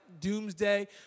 doomsday